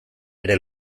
ere